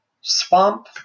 Swamp